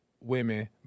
women